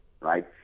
right